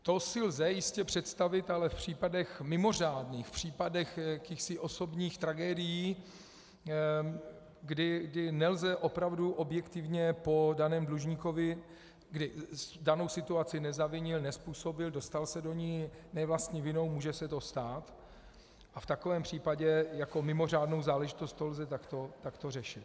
To si lze jistě představit, ale v případech mimořádných, v případech jakýchsi osobních tragédií, kdy nelze opravdu objektivně po daném dlužníkovi, kdy danou situaci nezavinil, nezpůsobil, dostal se do ní ne vlastní vinou, může se to stát, v takovém případě to jako mimořádnou záležitost lze takto řešit.